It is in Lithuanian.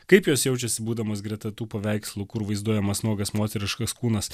kaip jos jaučiasi būdamos greta tų paveikslų kur vaizduojamas nuogas moteriškas kūnas